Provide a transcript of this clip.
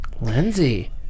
Lindsay